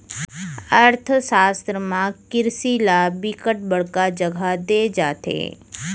अर्थसास्त्र म किरसी ल बिकट बड़का जघा दे जाथे